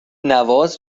نواز